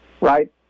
right